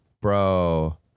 bro